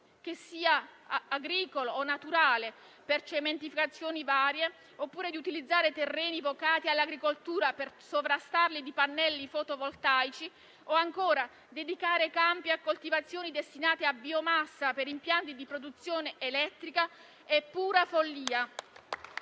che sia agricolo o naturale, per cementificazioni varie, oppure di utilizzare terreni vocati all'agricoltura per sovrastarli di pannelli fotovoltaici o, ancora, di dedicare campi a coltivazioni destinate a biomassa per impianti di produzione elettrica è pura follia.